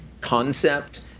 concept